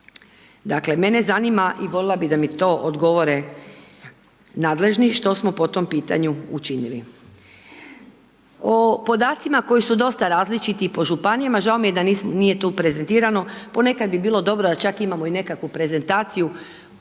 Dakle, mene zanima i volila bi da mi to odgovorite, nadležni što smo po tom pitanju učinili. O podacima koji su dosta različiti i po županijama, žao mi je da nije to prezentirano, ponekad bi bilo dobro da čak imamo i nekakvu prezentaciju,